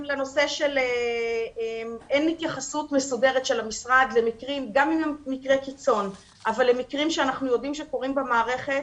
אין התייחסות מסודרת של המשרד למקרים שקורים במערכת,